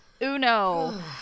uno